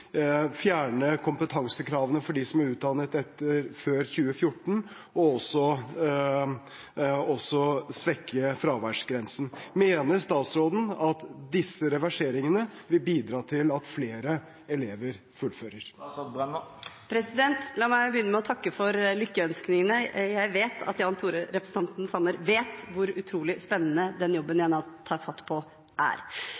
fjerne kompetansekravene for dem som er utdannet før 2014, og også svekke fraværsgrensen. Mener statsråden at disse reverseringene vil bidra til at flere elever fullfører? La meg begynne med å takke for lykkeønskningene. Jeg vet at representanten Jan Tore Sanner vet hvor utrolig spennende den jobben jeg nå tar fatt på, er.